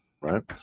Right